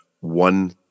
one